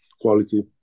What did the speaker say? quality